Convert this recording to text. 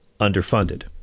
underfunded